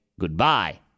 goodbye